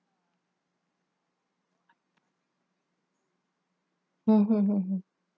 mmhmm hmm